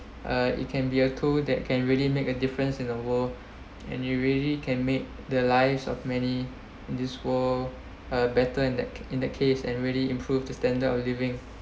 uh it can be a tool that can really make a difference in the world and you really can make the lives of many in this world a better in that in that case and really improve the standard of living